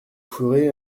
ferez